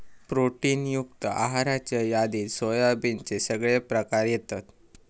protein युक्त आहाराच्या यादीत सोयाबीनचे सगळे प्रकार येतत